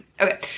Okay